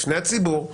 בפני הציבור,